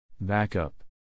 Backup